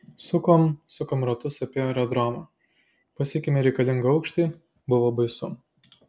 sukom sukom ratus apie aerodromą pasiekėme reikalingą aukštį buvo baisu